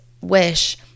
wish